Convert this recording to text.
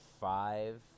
five